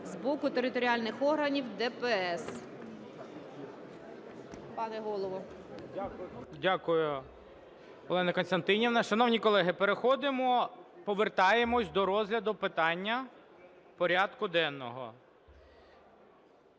з боку територіальних органів ДПС.